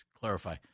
clarify